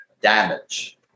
damage